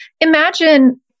imagine